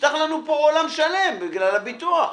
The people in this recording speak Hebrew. נפתח לנו פה עולם שלם בגלל הביטוח.